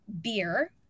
beer